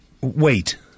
wait